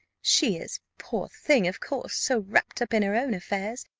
she is, poor thing, of course, so wrapped up in her own affairs,